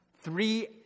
Three